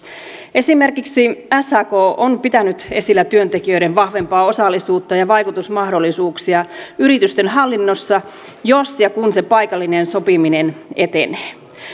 esimerkiksi sak on pitänyt esillä työntekijöiden vahvempaa osallisuutta ja vaikutusmahdollisuuksia yritysten hallinnossa jos ja kun se paikallinen sopiminen etenee